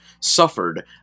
suffered